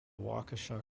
waukesha